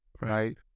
right